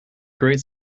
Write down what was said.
great